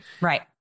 Right